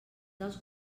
dels